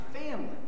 family